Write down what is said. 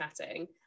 chatting